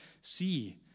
see